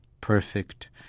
perfect